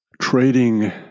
trading